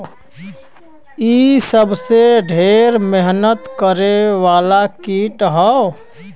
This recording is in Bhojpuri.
इ सबसे ढेर मेहनत करे वाला कीट हौ